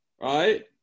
right